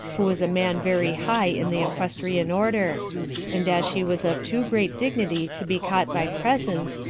who was a man very high in the equestrian order and as she was of too great dignity to be caught by presents,